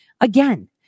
Again